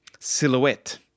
silhouette